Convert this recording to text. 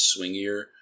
swingier